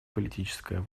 политическая